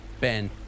Ben